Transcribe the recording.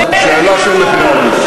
בשאלה של מחירי הדיור.